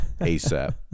ASAP